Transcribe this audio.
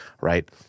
right